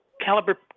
caliber